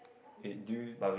eh do you